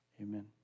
Amen